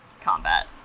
combat